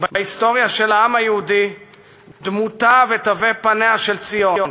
בהיסטוריה של העם היהודי דמותה ותווי פניה של ציון,